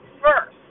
first